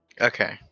Okay